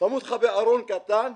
שמים אותך בארון קטן,